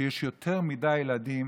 יש יותר מדי ילדים,